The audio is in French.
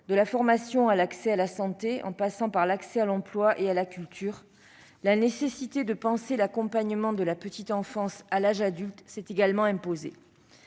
de la formation à la santé, en passant par l'accès à l'emploi et à la culture. La nécessité de penser l'accompagnement de la petite enfance à l'âge adulte s'est également imposée.